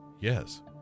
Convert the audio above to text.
Yes